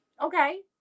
okay